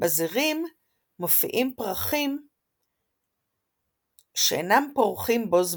בזרים מופיעים פרחים שאינם פורחים בו זמנית.